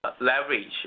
leverage